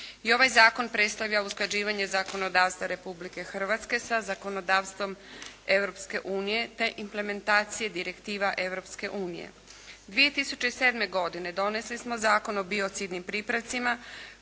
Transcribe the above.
I ovaj zakon predstavlja usklađivanje zakonodavstva Republike Hrvatske sa zakonodavstvom Europske unije te implementacije direktiva Europske unije. 2007. godine donesli smo Zakon o biocidnim pripravcima